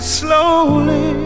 slowly